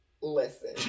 Listen